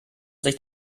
sich